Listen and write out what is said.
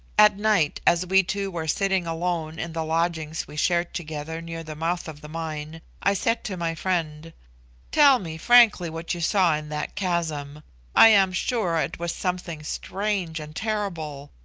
at night, as we two were sitting alone in the lodging we shared together near the mouth of the mine, i said to my friend tell me frankly what you saw in that chasm i am sure it was something strange and terrible.